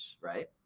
right